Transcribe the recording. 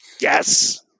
Yes